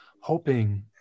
hoping